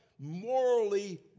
morally